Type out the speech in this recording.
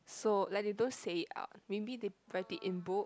so like they don't say it out maybe they write it in bold